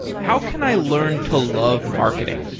how can i learn to love marketing?